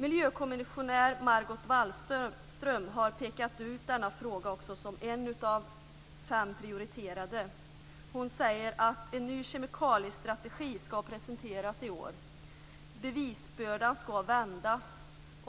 Miljökommissionär Margot Wallström har också pekat ut denna fråga som en av fem prioriterade. Hon säger att en ny kemikaliestrategi ska presenteras i år. Bevisbördan ska vändas,